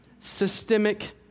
systemic